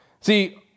See